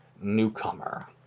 newcomer